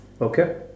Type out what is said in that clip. Okay